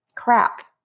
crap